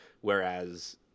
whereas